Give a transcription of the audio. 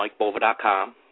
mikebova.com